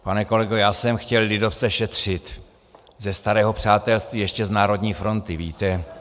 Pane kolego, já jsem chtěl lidovce šetřit ze starého přátelství, ještě z Národní fronty, víte.